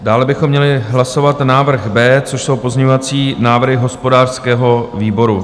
Dále bychom měli hlasovat návrh B, což jsou pozměňovací návrhy hospodářského výboru.